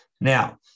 Now